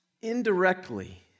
indirectly